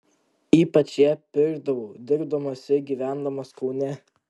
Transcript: ypač ją pirkdavau dirbdamas ir gyvendamas kaune